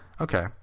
okay